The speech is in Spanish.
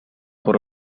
por